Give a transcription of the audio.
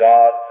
God